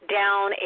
down